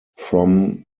from